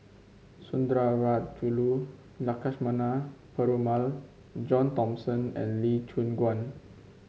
Sundarajulu Lakshmana Perumal John Thomson and Lee Choon Guan